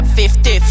50